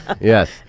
Yes